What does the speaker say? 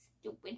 Stupid